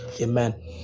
Amen